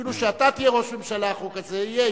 אפילו כשאתה תהיה ראש הממשלה החוק הזה יהיה,